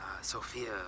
sophia